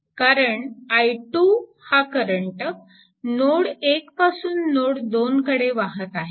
कारण i2 हा current node 1 पासून नोड 2 कडे वाहत आहे